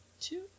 two